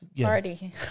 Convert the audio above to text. party